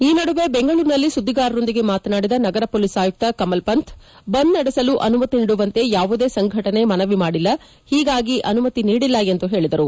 ಈ ನಡುವೆ ಬೆಂಗಳೂರಿನಲ್ಲಿ ಸುದ್ದಿಗಾರರೊಂದಿಗೆ ಮಾತನಾಡಿದ ನಗರ ಪೊಲೀಸ್ ಆಯುಕ್ತ ಕಮಲ್ಪಂಥ್ ಬಂದ್ ನಡೆಸಲು ಅನುಮತಿ ನೀಡುವಂತೆ ಯಾವುದೇ ಸಂಘಟನೆ ಮನವಿ ಮಾಡಿಲ್ಲ ಹೀಗಾಗಿ ಅನುಮತಿ ನೀಡಿಲ್ಲ ಎಂದು ಹೇಳಿದರು